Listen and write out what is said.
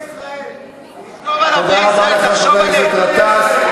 מה עם ערביי ישראל?